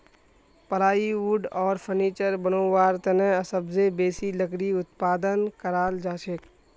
plywood आर furniture बनव्वार तने सबसे बेसी लकड़ी उत्पादन कराल जाछेक